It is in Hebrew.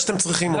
שאתם צריכים אותו?